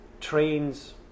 trains